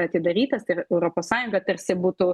atidarytas tai ir europos sąjunga tarsi būtų